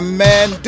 man